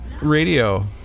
radio